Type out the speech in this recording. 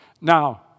Now